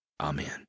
Amen